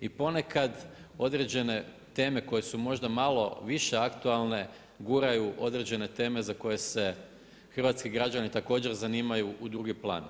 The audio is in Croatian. I ponekad određene teme koje su možda malo više aktualne guraju određene teme za koje se hrvatski građani također zanimaju u drugi plan.